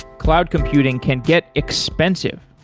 cloud computing can get expensive.